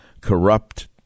corrupt